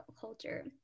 culture